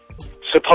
supposed